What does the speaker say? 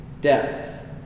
death